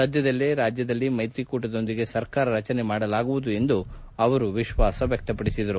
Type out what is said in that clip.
ಸದ್ಯದಲ್ಲೇ ರಾಜ್ಯದಲ್ಲಿ ಮೈತ್ರಿಕೂಟದೊಂದಿಗೆ ಸರ್ಕಾರ ರಚನೆ ಮಾಡಲಾಗುವುದು ಎಂದು ವಿಶ್ವಾಸ ವ್ಯಕ್ತಪಡಿಸಿದರು